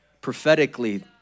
Prophetically